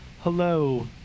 Hello